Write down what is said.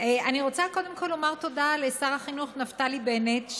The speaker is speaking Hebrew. אני רוצה קודם כול לומר תודה לשר החינוך נפתלי בנט,